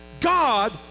God